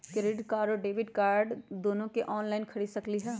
Credit card और debit card दोनों से ऑनलाइन खरीद सकली ह?